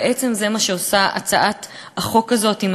בעצם זה מה שעושה הצעת החוק הזאת.